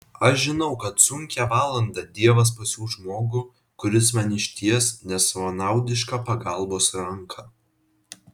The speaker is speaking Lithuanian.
aš žinau kad sunkią valandą dievas pasiųs žmogų kuris man išties nesavanaudišką pagalbos ranką